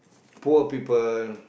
poor people